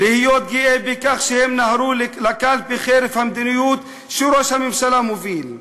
להיות גאה בכך שהם נהרו לקלפי חרף המדיניות שראש הממשלה מוביל.